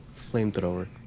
flamethrower